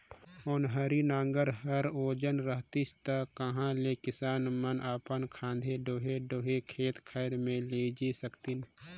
ओन्हारी नांगर हर ओजन रहतिस ता कहा ले किसान मन अपन खांधे डोहे डोहे खेत खाएर मे लेइजे सकतिन